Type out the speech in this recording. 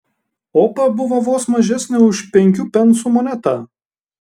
opa buvo vos mažesnė už penkių pensų monetą